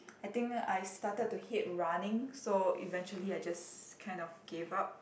I think I started to hate running so eventually I just kind of gave up